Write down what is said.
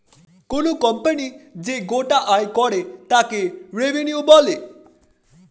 কোনো কোম্পানি যে গোটা আয় করে তাকে রেভিনিউ বলে